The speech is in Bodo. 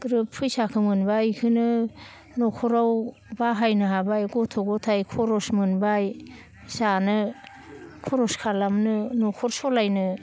ग्रोब फैसाखो मोनब्ला इखोनो न'खराव बाहायनो हाबाय गथ' गथाय खरस मोनबाय जानो खरस खालामनो न'खर सलायनो